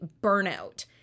burnout